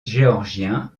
géorgiens